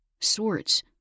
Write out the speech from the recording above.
swords